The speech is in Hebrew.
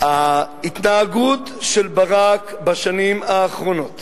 ההתנהגות של ברק בשנים האחרונות